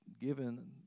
given